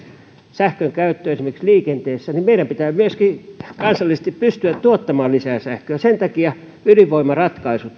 sähkön käyttöä esimerkiksi liikenteessä niin meidän pitää myöskin kansallisesti pystyä tuottamaan lisää sähköä sen takia ydinvoimaratkaisut